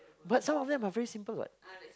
but some of them are very simple what